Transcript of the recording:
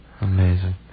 Amazing